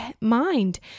mind